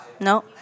No